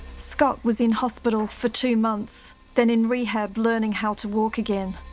scott was in hospital for two months, then in rehab learning how to walk again.